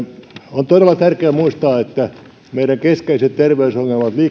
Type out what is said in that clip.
on todella tärkeää muistaa että meidän keskeiset terveysongelmat